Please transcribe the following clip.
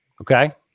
Okay